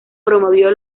promovió